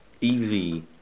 easy